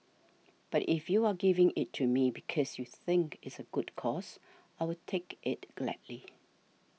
but if you are giving it to me because you think it's a good cause I'll take it gladly